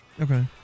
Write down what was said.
Okay